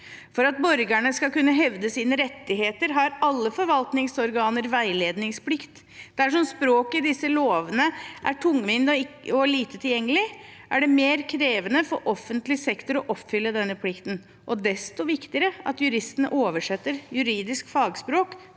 For at borgerne skal kunne hevde sine rettigheter, har alle forvaltningsorganer veiledningsplikt. Dersom språket i disse lovene er tungvint og lite tilgjengelig, er det mer krevende for offentlig sektor å oppfylle denne plikten og desto viktigere at juristene oversetter juridisk fagspråk